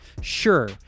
Sure